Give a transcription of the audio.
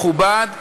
מכובד.